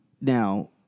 now